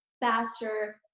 faster